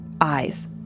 eyes